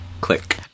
Click